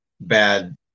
bad